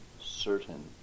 certain